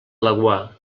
laguar